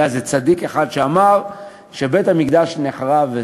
היה איזה צדיק שאמר שבית-המקדש נחרב.